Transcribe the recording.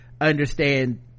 understand